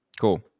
cool